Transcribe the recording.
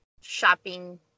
shopping